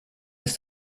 ist